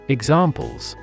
Examples